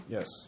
Yes